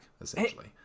essentially